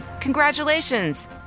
Congratulations